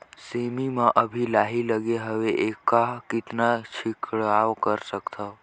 सेमी म अभी लाही लगे हवे एमा कतना छिड़काव कर सकथन?